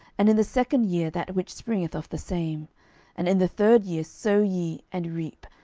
and in the second year that which springeth of the same and in the third year sow ye, and reap,